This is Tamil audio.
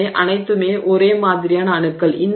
இவை அனைத்தும் ஒரே மாதிரியான அணுக்கள்